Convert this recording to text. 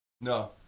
no